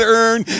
earn